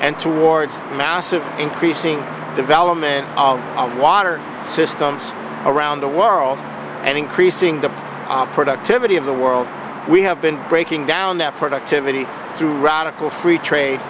and towards massive increasing development of water systems around the world and increasing the op productivity of the world we have been breaking down that productivity through radical free trade